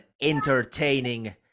entertaining